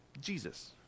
Jesus